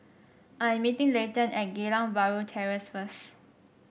I am meeting Leighton at Geylang Bahru Terrace first